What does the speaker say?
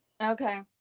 Okay